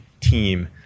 team